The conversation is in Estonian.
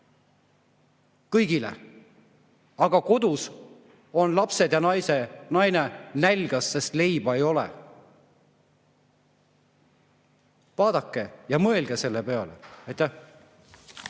kõigile, aga kodus on lapsed ja naine näljas, sest leiba ei ole. Vaadake ja mõelge selle peale. Aitäh!